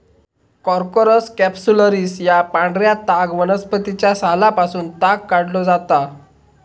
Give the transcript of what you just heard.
Corchorus capsularis या पांढऱ्या ताग वनस्पतीच्या सालापासून ताग काढलो जाता